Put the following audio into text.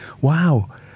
wow